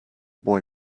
boy